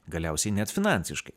galiausiai net finansiškai